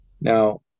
now